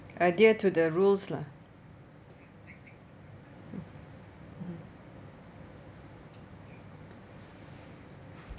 adhere to the rules lah mm mmhmm